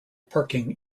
parking